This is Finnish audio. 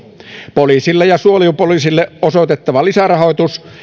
poliisille ja suojelupoliisille osoitettava lisärahoitus